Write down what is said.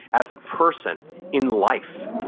as a person in life,